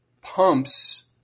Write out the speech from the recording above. pumps